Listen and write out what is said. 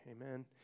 Amen